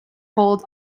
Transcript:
hold